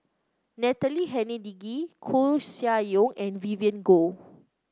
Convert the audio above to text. Natalie Hennedige Koeh Sia Yong and Vivien Goh